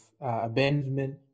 abandonment